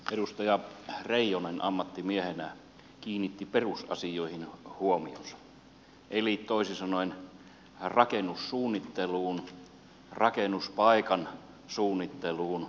edustaja reijonen ammattimiehenä kiinnitti perusasioihin huomionsa eli toisin sanoen rakennussuunnitteluun rakennuspaikan suunnitteluun